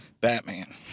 Batman